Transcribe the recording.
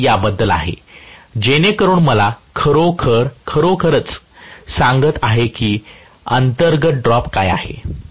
हे त्याबद्दल आहे जेणेकरून मला खरोखरच सांगत आहे की अंतर्गत ड्रॉप काय होत आहे